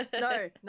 No